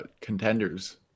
contenders